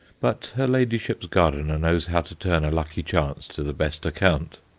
but her ladyship's gardener knows how to turn a lucky chance to the best account.